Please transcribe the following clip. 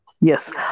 Yes